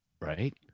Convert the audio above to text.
right